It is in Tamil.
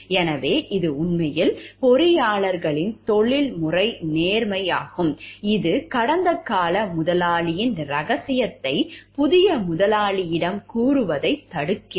எனவே இது உண்மையில் பொறியாளர்களின் தொழில்முறை நேர்மையாகும் இது கடந்தகால முதலாளியின் ரகசியத்தை புதிய முதலாளியிடம் கூறுவதைத் தடுக்கிறது